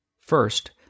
First